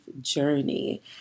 journey